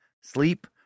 Sleep